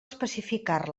especificar